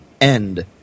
end